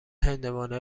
هندوانه